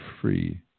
free